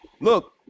Look